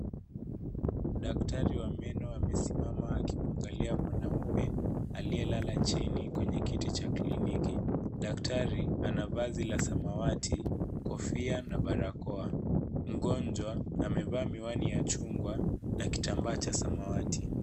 Daktari wa meno amesimama akimwangalia mwanaume, aliyelala chini kwenye kiti cha kliniki. Daktari, anavazi la samawati, kofia na barakoa. Mgonjwa amevaa miwani ya chungwa na kitambaa cha samawati.